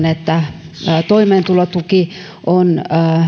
että toimeentulotuki on